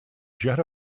jet